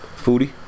Foodie